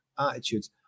attitudes